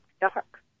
dark